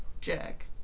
Jack